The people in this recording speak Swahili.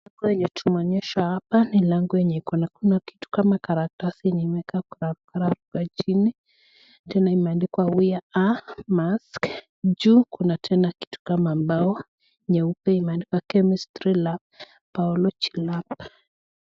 Hapa yenye tumeonyeshwa hapa ni lango yenye iko na kitu kama karatasi yenye imekaa kwa barabara hapa chini, tena imeandikwa wear a mask juu kuna tena kitu kama mbao nyeupe imeandikwa chemistry lab, biology lab .